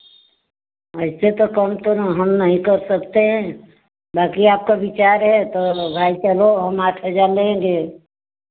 ऐसे तो कम तो ना हम नहीं कर सकते हैं बाकी आपका विचार है तो भाई चलो हम आठ हज़ार लेंगे